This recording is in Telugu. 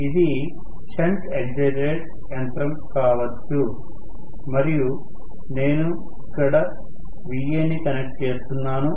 ఇది షంట్ ఎగ్జైటెడ్ యంత్రం కావచ్చు మరియు నేను ఇక్కడ Va ని కనెక్ట్ చేస్తున్నాను